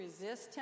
resist